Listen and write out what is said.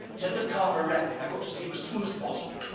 send a car directly. i got to see him as soon as possible.